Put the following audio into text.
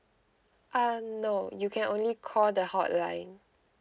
uh no you can only call the hotline